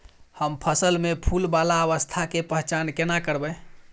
हम फसल में फुल वाला अवस्था के पहचान केना करबै?